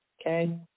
Okay